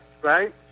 right